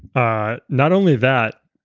ah not only that,